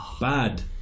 Bad